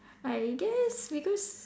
I guess because